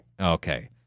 Okay